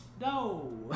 No